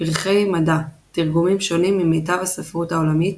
פרחי מדע – תרגומים שונים ממיטב הספרות העולמית,